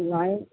নয়